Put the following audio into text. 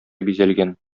бизәлгән